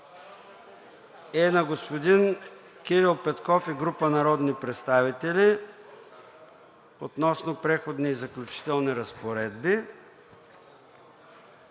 е на господин Кирил Петков и група народни представители относно Преходните и заключителните разпоредби,